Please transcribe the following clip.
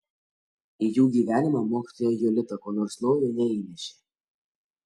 į jų gyvenimą mokytoja jolita ko nors naujo neįnešė